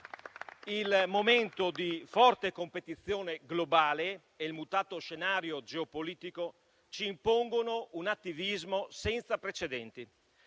Il momento di forte competizione globale e il mutato scenario geopolitico ci impongono un attivismo senza precedenti.